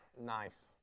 Nice